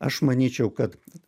aš manyčiau kad